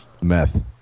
Meth